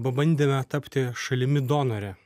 pabandėme tapti šalimi donore